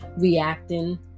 reacting